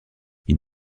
ils